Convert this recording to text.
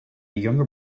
younger